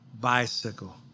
bicycle